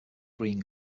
green